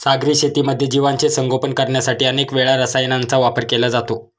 सागरी शेतीमध्ये जीवांचे संगोपन करण्यासाठी अनेक वेळा रसायनांचा वापर केला जातो